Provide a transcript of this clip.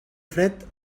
fred